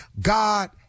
God